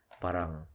parang